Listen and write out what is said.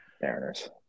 Mariners